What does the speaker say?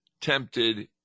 tempted